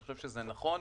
זה נכון,